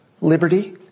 liberty